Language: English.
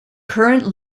current